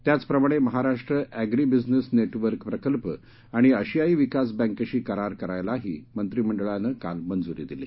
त्याचप्रमाणे Maharashtra agribusiness network प्रकल्प आणि आशियाई विकास बँकेशी करार करायलाही मंत्रिमंडळानं काल मंजुरी दिली